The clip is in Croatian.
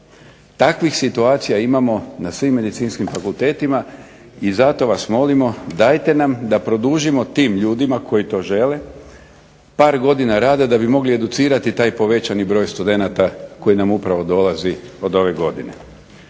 Takvih situacija imamo na svim medicinskim fakultetima i zato vas molimo dajte nam da produžimo tim ljudima koji to žele par godina rada da bi mogli educirati taj povećani broj studenata koji nam upravo dolazi od ove godine.